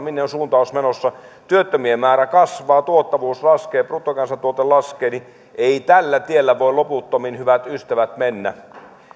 minne on suuntaus menossa työttömien määrä kasvaa tuottavuus laskee bruttokansantuote laskee ei tällä tiellä voi loputtomiin hyvät ystävät mennä